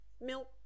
milk